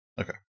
Okay